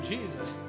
Jesus